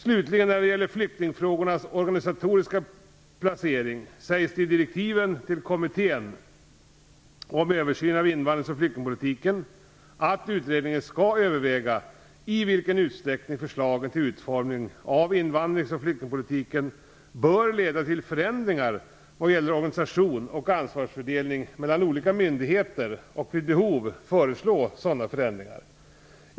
Slutligen när det gäller flyktingfrågornas organisatoriska placering sägs det i direktiven till kommittén om en översyn av invandrings och flyktingpolitiken att utredningen skall överväga i vilken utsträckning förslagen till utformning av invandrings och flyktingpolitiken bör leda till förändringar vad gäller organisation och ansvarsfördelning mellan olika myndigheter och vid behov föreslå sådana förändringar.